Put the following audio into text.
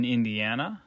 Indiana